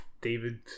David